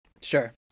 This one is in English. Sure